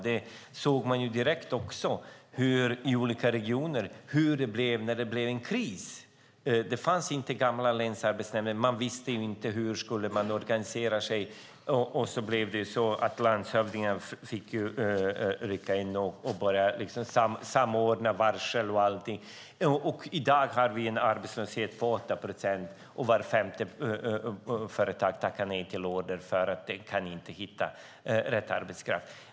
Man såg direkt hur det blev i olika regioner när det uppstod en kris. Den gamla länsarbetsnämnden fanns inte. Man visste inte hur man skulle organisera sig, och då fick landshövdingen rycka in och samordna varsel och allting. I dag har vi en arbetslöshet på 8 procent, och vart femte företag tackar nej till order eftersom man inte kan hitta rätt arbetskraft.